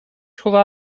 хула